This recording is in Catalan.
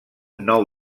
nou